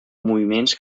moviments